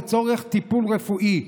לצורך טיפול רפואי,